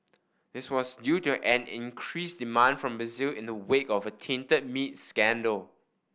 this was due to an increased demand from Brazil in the wake of a tainted meat scandal